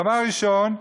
דבר ראשון,